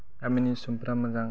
गामिनि सुबुंफ्रा मोजां